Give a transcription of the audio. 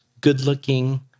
good-looking